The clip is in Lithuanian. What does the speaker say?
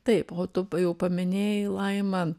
taip o tu jau paminėjai laima